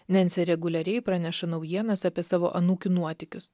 nensė reguliariai praneša naujienas apie savo anūkių nuotykius